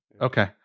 Okay